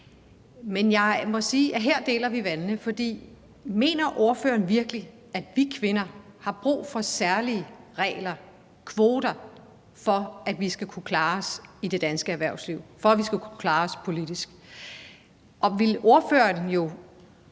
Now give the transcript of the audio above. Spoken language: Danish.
at her deles vandene. For mener ordføreren virkelig, at vi kvinder har brug for særlige regler, kvoter, for at vi skal kunne klare os i det danske erhvervsliv, eller for at vi skal kunne klare os politisk?